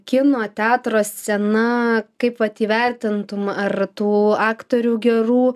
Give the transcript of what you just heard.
kino teatro scena kaip vat įvertintum ar tų aktorių gerų